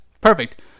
Perfect